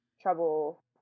trouble